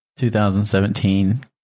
2017